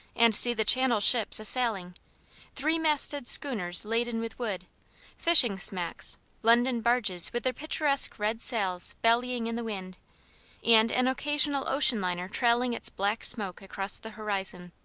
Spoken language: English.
and see the channel ships a-sailing three-masted schooners laden with wood fishing-smacks london barges with their picturesque red sails bellying in the wind and an occasional ocean liner trailing its black smoke across the horizon.